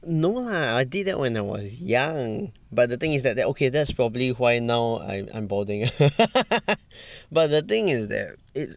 no lah I did that when I was young but the thing is that that okay that's probably why now I'm I'm balding but the thing is that it's